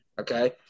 Okay